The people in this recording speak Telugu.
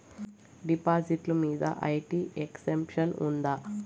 డిపాజిట్లు మీద ఐ.టి ఎక్సెంప్షన్ ఉందా?